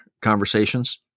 conversations